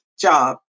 job